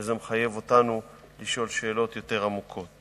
וזה מחייב אותנו לשאול שאלות יותר עמוקות.